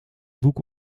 boek